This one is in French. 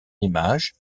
l’image